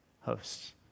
hosts